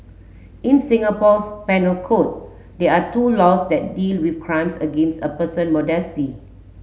in Singapore's penal code there are two laws that deal with crimes against a person modesty